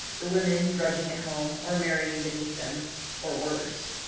the women drudging at home, or marrying beneath them or worse.